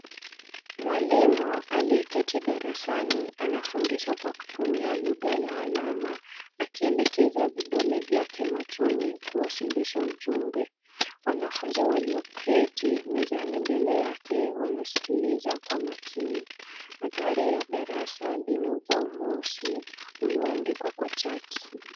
Mwalimu aliyeketi darasani, anafundisha kwa kutumia lugha ya alama, akielekeza vidole vyake machoni, kuwasilisha ujumbe. Wanafunzi walioketi mezani mbele yake, wanasikiliza kwa makini. Mandhari ya darasa, lina ubao mweusi ulioandikwa kwa chaki.